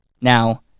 Now